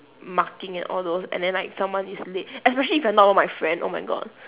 marking and all those and then like someone is late especially if you're not one of my friend oh my god